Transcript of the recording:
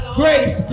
grace